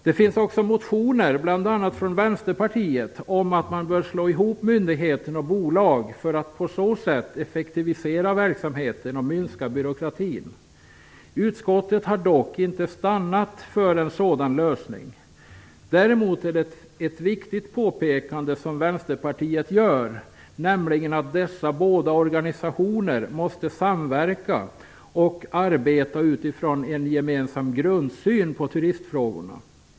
Det finns också motioner, bl.a. från Vänsterpartiet, om att man bör slå ihop myndigheten och bolaget för att på så sätt effektivisera verksamheten och minska byråkratin. Utskottet har dock inte stannat för en sådan lösning. Däremot är det ett viktigt påpekande som Västerpartiet gör om att dessa båda organisationer måste samverka och arbeta utifrån en gemensam grundsyn på turistfrågorna.